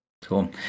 cool